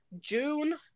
June